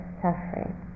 suffering